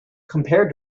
compare